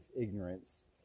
ignorance